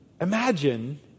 Imagine